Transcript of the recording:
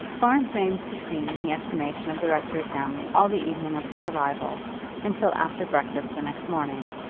florence reigned supreme in the estimation of the rectory family all the evening of her arrival and till after breakfast the next morning,